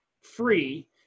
free